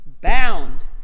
bound